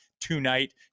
tonight